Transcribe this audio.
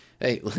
Hey